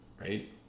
right